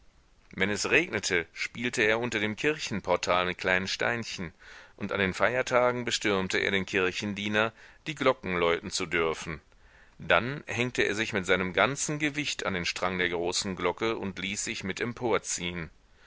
wenn es regnete spielte er unter dem kirchenportal mit kleinen steinchen und an den feiertagen bestürmte er den kirchendiener die glocken läuten zu dürfen dann hängte er sich mit seinem ganzen gewicht an den strang der großen glocke und ließ sich mit